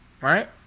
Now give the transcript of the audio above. right